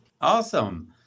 Awesome